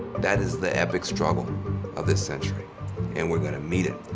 that is the epic struggle of this century and we're going to meet it.